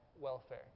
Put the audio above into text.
welfare